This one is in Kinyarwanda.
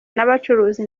n’abacuruzi